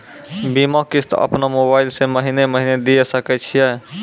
बीमा किस्त अपनो मोबाइल से महीने महीने दिए सकय छियै?